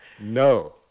no